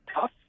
tough